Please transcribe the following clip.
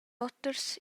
oters